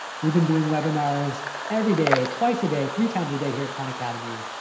we've been doing webinars every day, twice a day, three times a day here at khan academy.